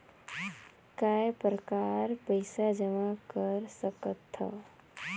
काय प्रकार पईसा जमा कर सकथव?